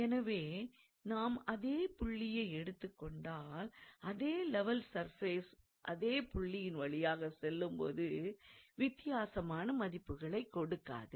எனவே நாம் அதே புள்ளியை எடுத்துக் கொண்டால் அதே லெவல் சர்ஃபேஸ் அதே புள்ளியின் வழியாகச் செல்லும்போது வித்தியாசமான மதிப்புகளைக் கொடுக்காது